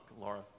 Laura